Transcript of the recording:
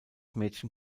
mädchen